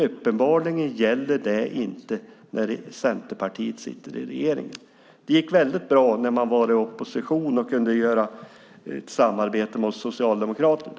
Uppenbarligen gäller inte detta när Centerpartiet sitter i regeringen. Det gick bra när man var i opposition och kunde ha ett samarbete med Socialdemokraterna.